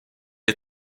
est